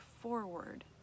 forward